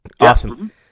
awesome